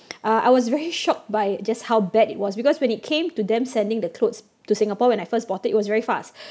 uh I was very shocked by just how bad it was because when it came to them sending the clothes to singapore when I first bought it it was very fast